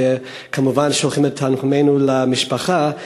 וכמובן אנחנו שולחים את תנחומינו למשפחה.